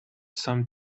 some